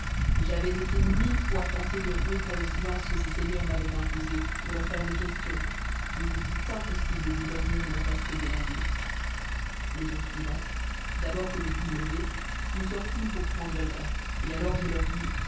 j'avais été mille fois tenté de rompre le silence que ces seigneurs m'avaient imposé pour leur faire des questions et il me fut impossible de dormir le reste de la nuit le jour suivant d'abord que nous fûmes levés nous sortîmes pour prendre l'air et alors je leur dis